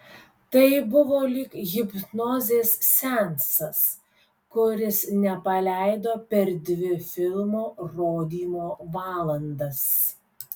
tai buvo lyg hipnozės seansas kuris nepaleido per dvi filmo rodymo valandas